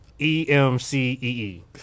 E-M-C-E-E